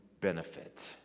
benefit